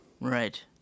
right